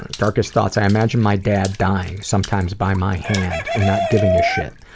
and darkest thoughts? i imagine my dad dying, sometimes by my hands, and not giving a shit.